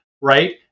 right